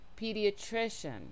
Pediatrician